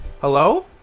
Hello